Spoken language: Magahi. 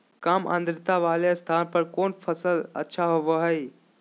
काम आद्रता वाले स्थान पर कौन फसल अच्छा होबो हाई?